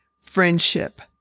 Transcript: friendship